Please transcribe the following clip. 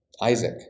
Isaac